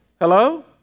Hello